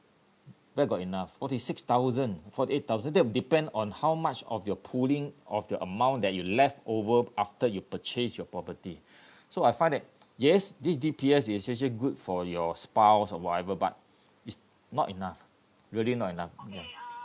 where got enough forty six thousand forty eight thousand that would depend on how much of your pulling of the amount that you leftover after you purchase your property so I find that yes this D_P_S is actually good for your spouse or whatever but it's not enough really not enough